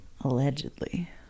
Allegedly